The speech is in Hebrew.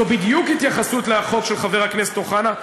זו בדיוק התייחסות לחוק של חבר הכנסת אוחנה.